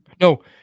no